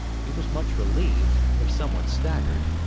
he was much relieved, if somewhat staggered,